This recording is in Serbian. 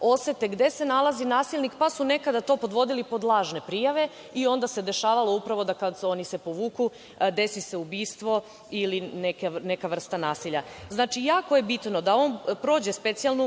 osete gde se nalazi nasilnik, pa su nekada to podvodili pod lažne prijave i onda se dešavalo upravo da kada se oni povuku, desi se ubistvo ili neka vrsta nasilja. Znači, jako je bitno da on prođe